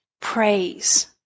Praise